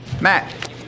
Matt